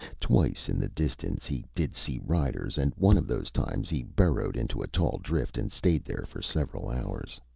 twice, in the distance, he did see riders, and one of those times he burrowed into a tall drift and stayed there for several hours.